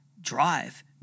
drive